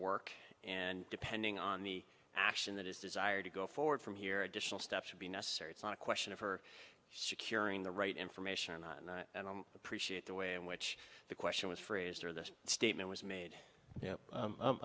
work and depending on the action that is desired to go forward from here additional steps would be necessary it's not a question of her securing the right information and i appreciate the way in which the question was phrased or this statement was made